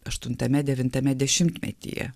aštuntame devintame dešimtmetyje